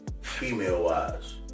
female-wise